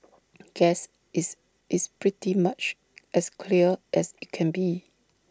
guess it's it's pretty much as clear as IT can be